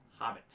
hobbits